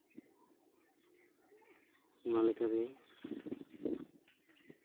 ᱚᱱᱟᱞᱮᱠᱟᱛᱮ